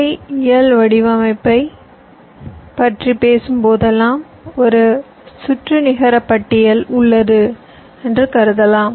ஐ இயல் வடிவமைப்பை பற்றி பேசும்போதெல்லாம் ஒரு சுற்று நிகர பட்டியல் உள்ளது என்று கருதுகிறேன்